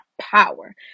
power